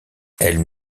elle